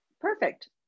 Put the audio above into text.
perfect